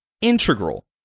integral